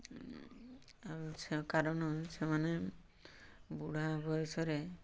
କାରଣ ସେମାନେ ବୁଢ଼ା ବୟସରେ